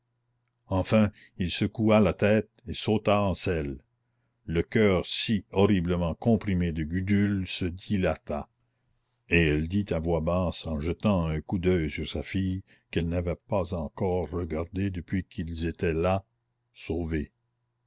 enfin il secoua la tête et sauta en selle le coeur si horriblement comprimé de gudule se dilata et elle dit à voix basse en jetant un coup d'oeil sur sa fille qu'elle n'avait pas encore osé regarder depuis qu'ils étaient là sauvée